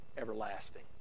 everlasting